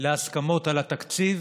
להסכמות על התקציב